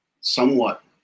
somewhat